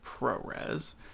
ProRes